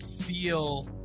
feel